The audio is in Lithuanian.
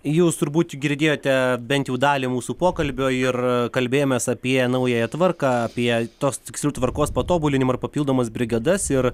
jūs turbūt girdėjote bent jau dalį mūsų pokalbio ir kalbėjomės apie naująją tvarką apie tos tiksliau tvarkos patobulinimą papildomas brigadas ir